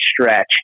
stretch